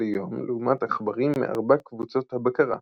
ליום לעומת עכברים מארבע קבוצות הבקרה,